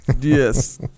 Yes